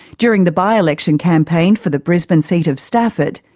during the by-election campaign for the brisbane seat of stafford,